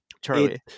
Charlie